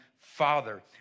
father